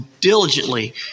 diligently